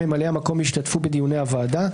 ממלאי המקום ישתתפו בדיוני הוועדה,